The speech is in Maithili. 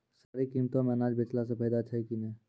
सरकारी कीमतों मे अनाज बेचला से फायदा छै कि नैय?